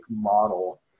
model